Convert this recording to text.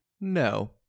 no